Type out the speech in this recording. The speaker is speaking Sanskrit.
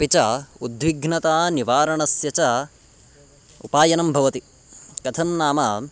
अपि च उद्विग्नतानिवारणस्य च उपायनं भवति कथं नाम